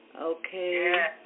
Okay